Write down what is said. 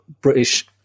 British